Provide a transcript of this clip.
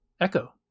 Echo